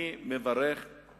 אני מברך על כך.